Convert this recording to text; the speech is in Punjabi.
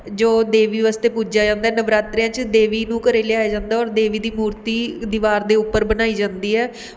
ਜੋ ਦੇਵੀ ਵਾਸਤੇ ਪੂਜਿਆਂ ਜਾਂਦਾ ਹੈ ਨਵਰਾਤਰਿਆਂ 'ਚ ਦੇਵੀ ਨੂੰ ਘਰੇ ਲਿਆਇਆ ਜਾਂਦਾ ਹੈ ਔਰ ਦੇਵੀ ਦੀ ਮੂਰਤੀ ਦੀਵਾਰ ਦੇ ਉੱਪਰ ਬਣਾਈ ਜਾਂਦੀ ਹੈ